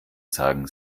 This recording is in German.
sagen